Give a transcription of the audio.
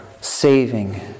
saving